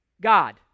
God